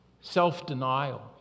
self-denial